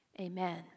Amen